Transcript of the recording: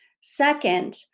Second